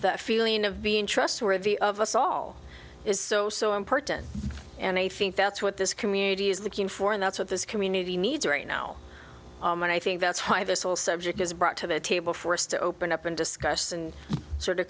that feeling of being trustworthy of us all is so so important and i think that's what this community is looking for and that's what this community needs right now and i think that's why this whole subject is brought to the table for us to open up and discuss and sort of